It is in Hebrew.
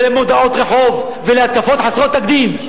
למודעות רחוב ולהתקפות חסרות תקדים.